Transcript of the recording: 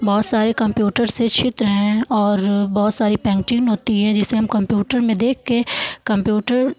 बहुत सारी कम्प्यूटर से चित्र हैं और बहुत सारी पेंटिंग होती हैं जिसे हम कम्प्यूटर में देख के कम्प्यूटर